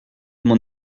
mon